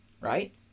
right